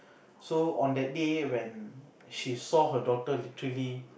so on that day when she saw her daughter literally